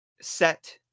Set